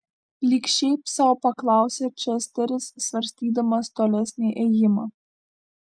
lyg šiaip sau paklausė česteris svarstydamas tolesnį ėjimą